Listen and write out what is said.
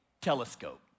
telescope